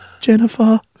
Jennifer